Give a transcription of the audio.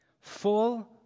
full